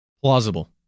plausible